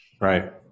Right